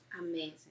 Amazing